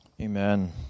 Amen